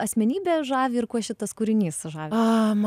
asmenybė žavi ir kuo šitas kūrinys žavi